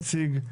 נציג,